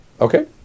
Okay